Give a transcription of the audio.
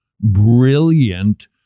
brilliant